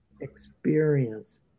experience